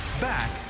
Back